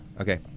Okay